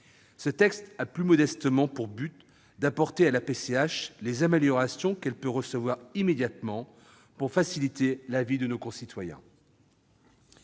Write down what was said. Ce texte a, plus modestement, pour but d'apporter à la PCH les améliorations qu'elle peut recevoir immédiatement pour faciliter la vie de nos concitoyens.